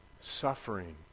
Suffering